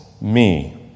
me